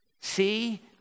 See